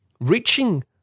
Reaching